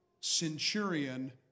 centurion